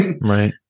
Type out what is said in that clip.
Right